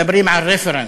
מדברים על reference,